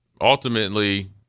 Ultimately